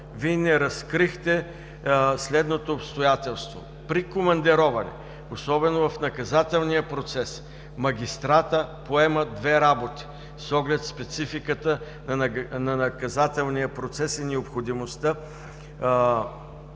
Вие не разкрихте следното обстоятелство: при командироване, особено в наказателния процес, магистратът поема две работи с оглед спецификата на наказателния процес и необходимостта